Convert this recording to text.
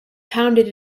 pounded